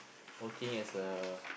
working as a